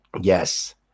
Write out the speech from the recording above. Yes